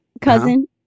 cousin